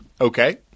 Okay